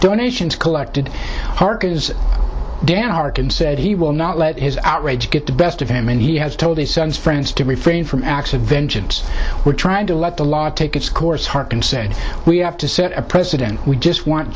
donations collected parkas dan harkin said he will not let his outrage get the best of him and he has told his son's friends to refrain from acts of vengeance we're trying to let the law take its course harkin said we have to set a precedent we just want